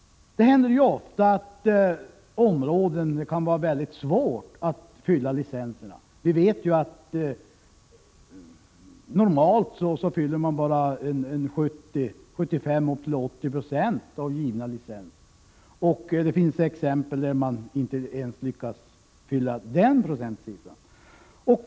Hur skall man kunna göra det? Det händer ofta att det är svårt att fylla licenserna för ett område. Vi vet att man normalt bara fyller 70-80 96 av de givna licenserna. Det finns exempel på att man inte ens lyckas komma upp till detta procenttal.